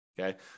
okay